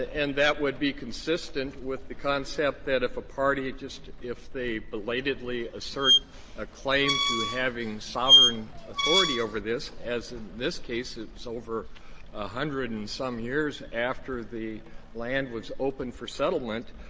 and that would be consistent with the concept that, if a party just if they belatedly assert a claim to having sovereign authority over this, as in this case it's over a hundred and some years after the land was open for settlement,